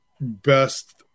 best